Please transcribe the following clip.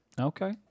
Okay